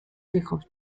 hijos